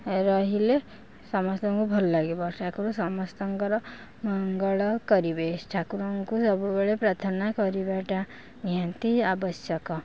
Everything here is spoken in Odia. ରହିଲେ ସମସ୍ତଙ୍କୁ ଭଲ ଲାଗିବ ଠାକୁର ସମସ୍ତଙ୍କର ମଙ୍ଗଳ କରିବେ ଠାକୁରଙ୍କୁ ସବୁବେଳେ ପ୍ରାର୍ଥନା କରିବାଟା ନିହାତି ଆବଶ୍ୟକ